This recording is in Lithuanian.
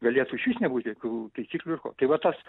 galėtų išvis nebūt jokių taisyklių tai va tas